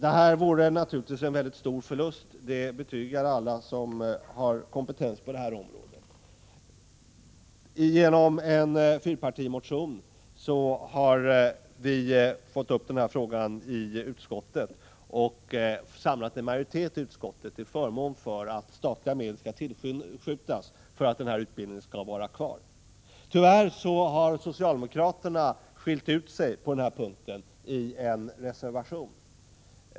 En nedläggning vore naturligtvis en mycket stor förlust — det betygar alla som har kompetens på detta område. Genom en fyrpartimotion har vi aktualiserat frågan i utskottet och där samlat en majoritet för att statliga medel skall tillskjutas för att utbildningen skall kunna vara kvar. Tyvärr har socialdemokraterna på denna punkt skilt ut sig i en reservation.